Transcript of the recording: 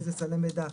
איזה סלי מידע.